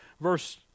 Verse